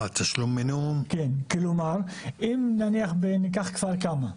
אם נניח ניקח את כפר כמא,